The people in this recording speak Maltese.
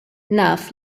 naf